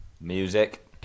Music